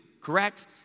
correct